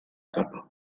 capa